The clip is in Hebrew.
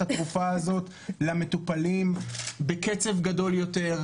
התרופה הזאת למטופלים בקצב גדול יותר,